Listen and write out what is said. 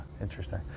interesting